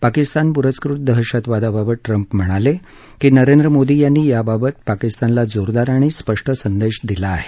पाकिस्तान पुरस्कृत दहशतवादाबाबत ट्रंप म्हणाले की नरेंद्र मोदी यांनी याबाबत पाकिस्तानला जोरदार आणि स्पष्ट संदेश दिला आहे